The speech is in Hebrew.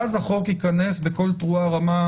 היינו מצפים שבתהליך כל כך ארוך של הכנה,